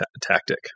tactic